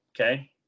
okay